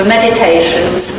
meditations